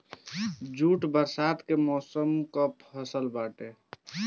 jute बरसात के मौसम कअ फसल बाटे